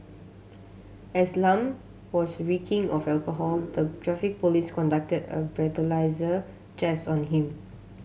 as Lam was reeking of alcohol the Traffic Police conducted a breathalyser test on him